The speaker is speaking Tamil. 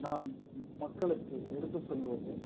நாம் மக்களுக்கு எடுத்து சொல்வது